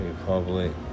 Republic